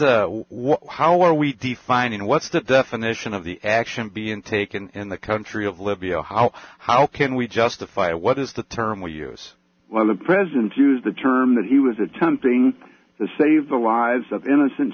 what how are we defining what's the definition of the action being taken in the country of libya how how can we justify what is the term we use when the president used the term that he was attempting to save the lives of innocent